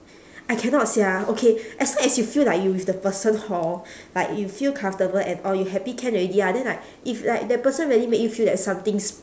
I cannot sia okay as long as you feel like you with the person hor like you feel comfortable and all you happy can already lah then like if like the person really make you feel that something s~